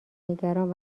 نگران